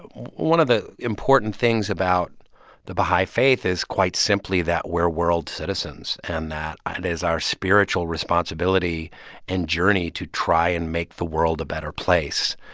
one of the important things about the baha'i faith is quite simply that we're world citizens and that it is our spiritual responsibility and journey to try and make the world a better place.